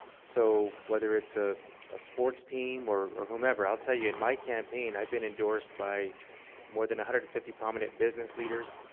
so whether it's a ah sports team or or whomever, i'll tell you, in my campaign, i've been endorsed by more than one hundred and fifty prominent business leaders,